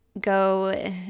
go